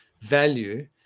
value